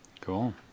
cool